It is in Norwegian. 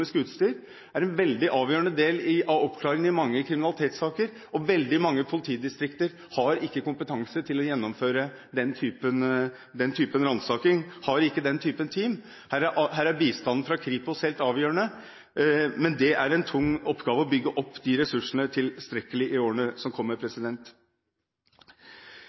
er en avgjørende del i oppklaringen av mange kriminalitetssaker, og veldig mange politidistrikter har ikke kompetanse til å gjennomføre den typen ransaking, har ikke den typen team. Her er bistanden fra Kripos helt avgjørende. Men det er en tung oppgave å bygge opp disse ressursene tilstrekkelig i årene som kommer.